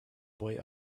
boy